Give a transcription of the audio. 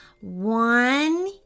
One